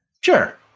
Sure